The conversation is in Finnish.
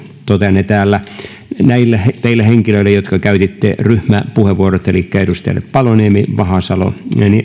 totean ne teille jotka käytitte ryhmäpuheenvuorot elikkä edustajille paloniemi vahasalo